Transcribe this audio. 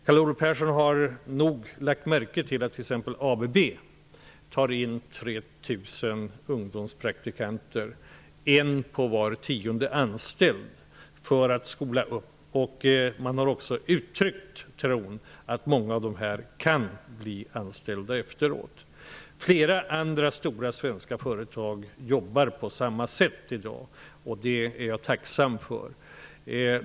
Carl Olov Persson har nog lagt märke till att t.ex. ABB tar in 3 000 ungdomspraktikanter, en på var tionde anställd, för att skola upp dem. Man har också sagt att man tror att många av dessa kan bli anställda efteråt. Flera andra stora svenska företag jobbar på samma sätt i dag. Det är jag tacksam för.